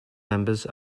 members